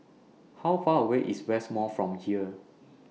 How Far away IS West Mall from here